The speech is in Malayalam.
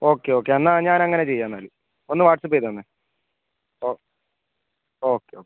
ഓക്കെ ഓക്കെ എന്നാൽ ഞാൻ അങ്ങനെ ചെയ്യാം എന്നാൽ ഒന്ന് വാട്ട്സ്ആപ്പ് ചെയ്ത് തന്നേ ഓ ഓക്കെ ഓക്കെ